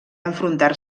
enfrontar